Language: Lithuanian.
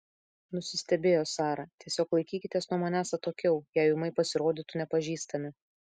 nusistebėjo sara tiesiog laikykitės nuo manęs atokiau jei ūmai pasirodytų nepažįstami